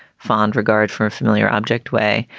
fond regard for a familiar object way.